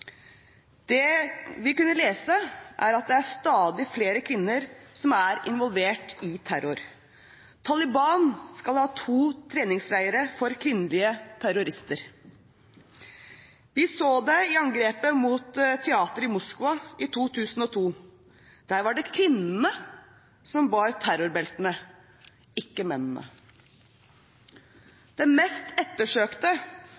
Det vi kunne lese, var at stadig flere kvinner er involvert i terror. Taliban skal ha hatt to treningsleirer for kvinnelige terrorister. Vi så det i angrepet mot teateret i Moskva i 2002. Der var det kvinnene som bar terrorbeltene – ikke mennene. Den mest ettersøkte